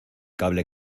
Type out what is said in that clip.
cable